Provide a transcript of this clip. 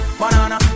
banana